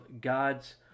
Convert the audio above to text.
God's